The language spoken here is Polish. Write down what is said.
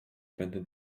będę